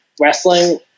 wrestling